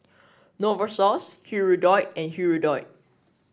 Novosource Hirudoid and Hirudoid